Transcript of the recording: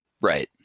Right